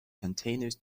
continues